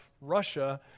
Russia